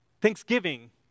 Thanksgiving